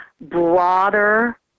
broader